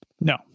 No